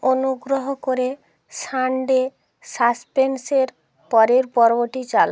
অনুগ্রহ করে সানডে সাসপেন্সের পরের পর্বটি চালা